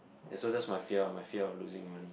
ya so just my fear my fear of losing only